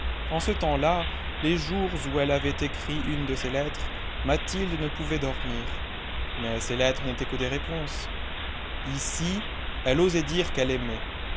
en ce temps-là les jours où elle avait écrit une de ces lettres mathilde ne pouvait dormir mais ces lettres n'étaient que des réponses ici elle osait dire qu'elle aimait